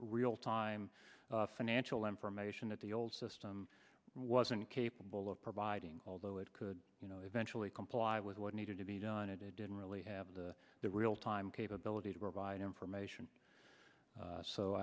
real time financial information that the old system wasn't capable of providing although it could you know eventually comply with what needed to be done and it didn't really have the the realtime capability to provide information